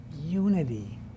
unity